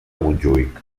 montjuïc